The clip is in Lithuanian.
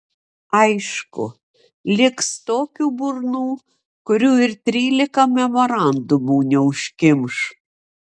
aišku liks tokių burnų kurių ir trylika memorandumų neužkimš